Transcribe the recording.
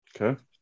Okay